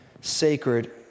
sacred